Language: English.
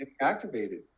activated